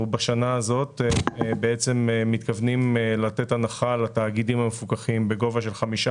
בשנה הזאת מתכוונים לתת הנחה לתאגידים המפוקחים בגובה של 15